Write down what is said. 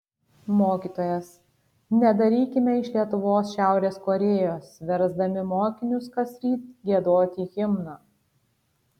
mokytojas nedarykime iš lietuvos šiaurės korėjos versdami mokinius kasryt giedoti himną